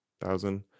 thousand